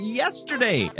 yesterday